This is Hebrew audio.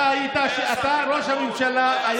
אבל אתם ממשלת שינוי.